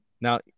Now